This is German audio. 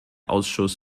ausschuss